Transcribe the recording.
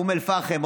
אום אל-פחם,